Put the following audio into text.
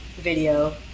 video